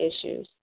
issues